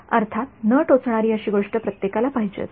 अर्थात न टोचणारी अशी गोष्ट प्रत्येकाला पाहिजे असते